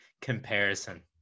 comparison